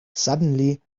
suddenly